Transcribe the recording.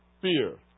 fear